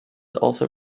also